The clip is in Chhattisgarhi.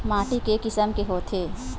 माटी के किसम के होथे?